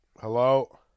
Hello